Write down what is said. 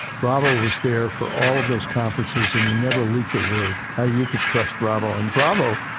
bravo was there for all of those conferences and he never leaked a word. ah you can trust bravo. and bravo,